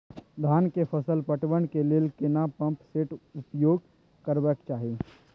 धान के फसल पटवन के लेल केना पंप सेट उपयोग करबाक चाही?